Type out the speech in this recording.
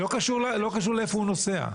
זה לא קשור לאיפה הוא נוסע.